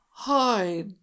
Hi